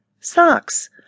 Socks